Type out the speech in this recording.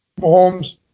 Mahomes